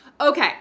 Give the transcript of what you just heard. Okay